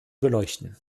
beleuchten